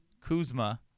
kuzma